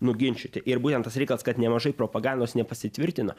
nuginčyti ir būtent tas reikalas kad nemažai propagandos nepasitvirtina